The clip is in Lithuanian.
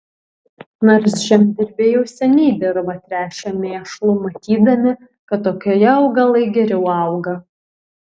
nors žemdirbiai jau seniai dirvą tręšė mėšlu matydami kad tokioje augalai geriau auga